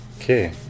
okay